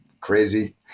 crazy